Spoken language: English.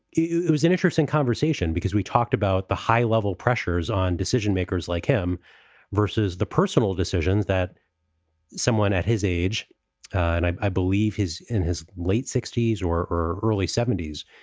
it was interesting conversation because we talked about the high level pressures on decision makers like him versus the personal decisions that someone at his age and i believe his in his late sixty s or or early seventy s,